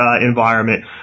environment